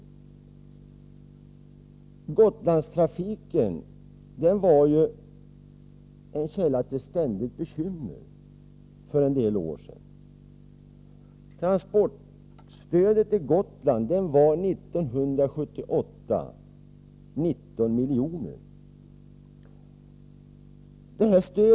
Gotlandstrafiken var för en del år sedan en källa till ständiga bekymmer. 1978 uppgick transportstödet till Gotland till 19 milj.kr.